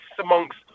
amongst